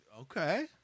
Okay